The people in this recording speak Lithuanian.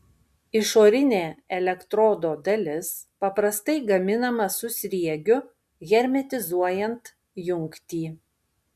išorinė elektrodo dalis paprastai gaminama su sriegiu hermetizuojant jungtį